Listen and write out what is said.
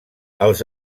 els